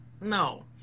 no